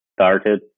started